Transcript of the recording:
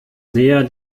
näher